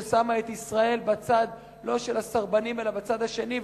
ששמה את ישראל לא בצד של הסרבנים אלא בצד השני,